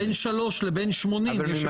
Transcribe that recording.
בין שלוש לבין שמונים, יש הבדל.